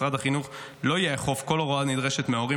משרד החינוך לא יאכוף כל הוראה הנדרשת מההורים